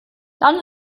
dann